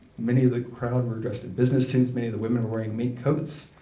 many of the crowd were dressed in business suits. many of the women were wearing mink coats.